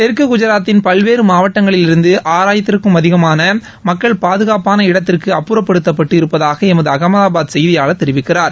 தெற்கு குஜராத்தின் பல்வேறு மாவட்டங்களிலிருந்து ஆறாயிரத்திற்கும் அதிகமான மக்கள் பாதுகாப்பான இடத்திற்கு அப்புறப்படுத்தப்பட்டு இருப்பதாக எமது அம்தாபாத் செய்தியாளர் தெரிவிக்கிறார்